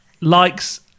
likes